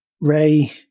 Ray